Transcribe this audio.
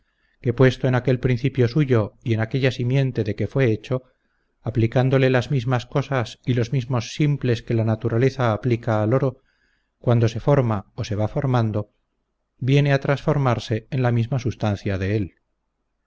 que puesto en aquel principio suyo y en aquella simiente de que fue hecho aplicándole las mismas cosas y los mismos simples que la naturaleza aplica al oro cuando se forma o se va formando viene a transformarse en la misma substancia de él